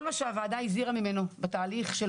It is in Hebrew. כל מה שהוועדה הזהירה ממנו בתהליך של